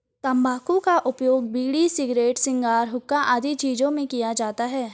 तंबाकू का उपयोग बीड़ी, सिगरेट, शिगार, हुक्का आदि चीजों में किया जाता है